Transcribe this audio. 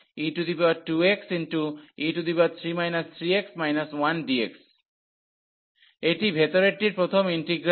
1301e2xe3 3x 1dx এটি ভেতরেরটির প্রথম ইন্টিগ্রাল